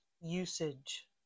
usage